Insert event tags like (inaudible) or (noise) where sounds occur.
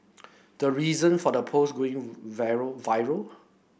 the reason for the post (unintelligible) viral